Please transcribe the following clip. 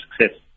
success